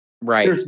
Right